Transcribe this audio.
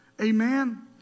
Amen